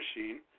machine